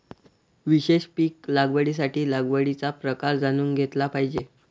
विशेष पीक लागवडीसाठी लागवडीचा प्रकार जाणून घेतला पाहिजे